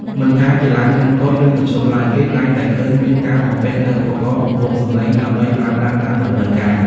មិនថាជាឡានធំតូច ឬមធ្យមឡើយ គេតែងតែឃើញមានការបំពាក់នូវឧបករណ៍បំពងសម្លេងដើម្បីប្រើប្រាស់តាមតម្រូវការ។